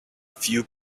few